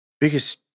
biggest